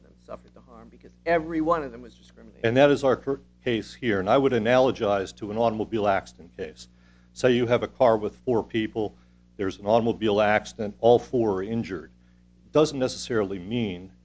of them suffered the harm because every one of them was discrimination and that is our current case here and i would analogize to an automobile accident case so you have a car with four people there's an automobile accident all four injured doesn't necessarily mean